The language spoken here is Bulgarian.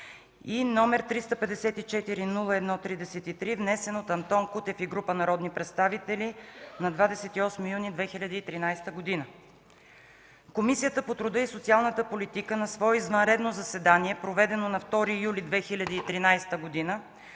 и № 354-01-33, внесен от Антон Кутев и група народни представители на 28 юни 2013 г. Комисията по труда и социалната политика на свое извънредно заседание, проведено на 2 юли 2013 г.,